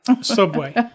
Subway